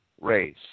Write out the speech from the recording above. race